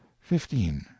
fifteen